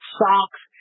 socks